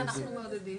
איך אנחנו מעודדים?